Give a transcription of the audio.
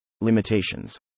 Limitations